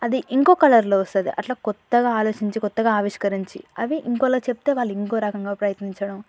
అది ఇంకో కలర్లో వస్తది అట్ల కొత్తగా ఆలోచించి కొత్తగా ఆవిష్కరించి అవి ఇంకోలా చెప్తే వాళ్ళు ఇంకో రకంగా ప్రయత్నించడం